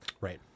Right